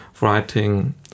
writing